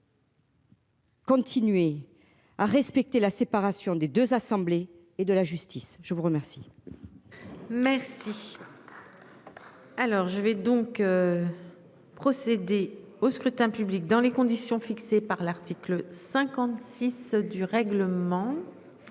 Continuez à respecter la séparation des 2 assemblées et de la justice. Je vous remercie. Merci. Alors je vais donc. Procéder au scrutin public dans les conditions fixées par l'article 56 du règlement.